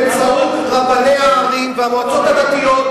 באמצעות רבני הערים והמועצות הדתיות,